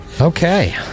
Okay